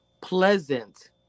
pleasant